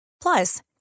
Plus